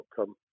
outcome